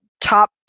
top